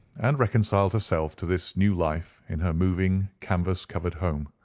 and reconciled herself to this new life in her moving canvas-covered home.